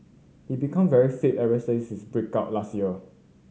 he become very fit ever since his break out last year